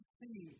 see